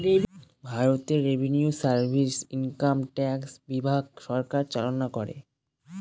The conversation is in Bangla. ভারতে রেভিনিউ সার্ভিস ইনকাম ট্যাক্স বিভাগ সরকার চালনা করে